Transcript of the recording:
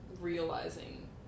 realizing